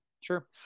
Sure